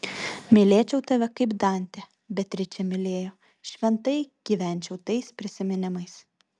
mylėčiau tave kaip dantė beatričę mylėjo šventai gyvenčiau tais prisiminimais